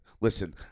listen